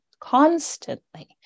constantly